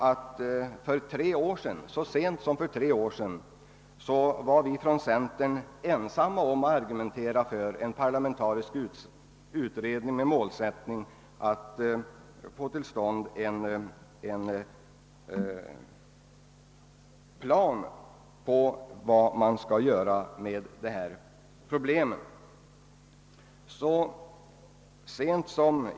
Så sent som för tre år sedan var vi i centern ensamma om att argumentera för en parlamentarisk utredning med målsättning att få till stånd en plan över vad man skall göra åt dessa problem.